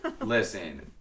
Listen